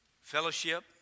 fellowship